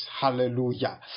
Hallelujah